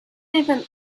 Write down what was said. even